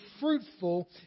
fruitful